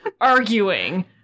arguing